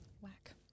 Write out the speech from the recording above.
Whack